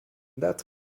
that